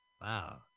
Wow